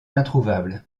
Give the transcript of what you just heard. introuvable